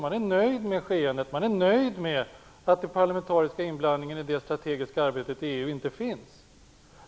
Man är nöjd med skeendet. Man är nöjd med att det inte finns någon parlamentarisk inblandning i det strategiska arbetet i EU. Herr talman!